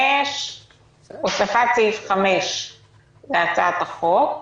הוספת סעיף 5 להצעת החוק: